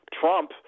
Trump